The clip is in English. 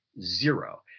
zero